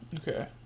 Okay